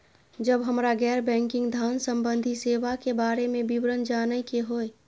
जब हमरा गैर बैंकिंग धान संबंधी सेवा के बारे में विवरण जानय के होय?